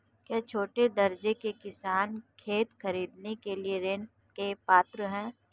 क्या छोटे दर्जे के किसान खेत खरीदने के लिए ऋृण के पात्र हैं?